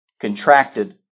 contracted